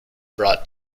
brought